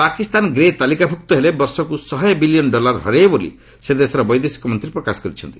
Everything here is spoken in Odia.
ପାକିସ୍ତାନ ଗ୍ରେ ତାଲିକାଭୁକ୍ତ ହେଲେ ବର୍ଷକୁ ଶହେ ବିଲିୟନ ଡଲାର ହରେଇବ ବୋଲି ସେ ଦେଶର ବୈଦେଶିକ ମନ୍ତ୍ରୀ ପ୍ରକାଶ କରିଛନ୍ତି